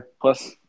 Plus